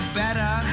better